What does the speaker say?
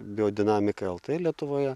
biodinamika el t lietuvoje